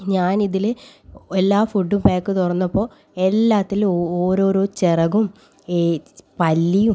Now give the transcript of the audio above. ഞാൻ ഇതിൽ എല്ലാ ഫുഡും പാക്ക് തുറന്നപ്പോൾ എല്ലാത്തിലും ഓരോരോ ചിറകും ഈ പല്ലിയും